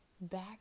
back